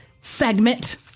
segment